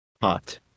Hot